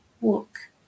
walk